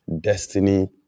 Destiny